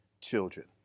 children